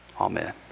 Amen